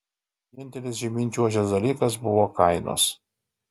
vienintelis žemyn čiuožęs dalykas buvo kainos